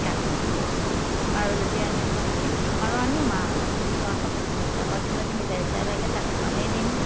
কানি কাপোৰ পাৰোঁ যদি আনিম নহ'লে কি পাৰোঁ আনিম আৰু তহঁতক কাৰোবাক যদি মিঠাই চিঠাই লাগে তাকো আনি দিম